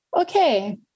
okay